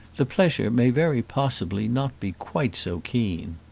the pleasure may very possibly not be quite so keen.